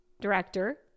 director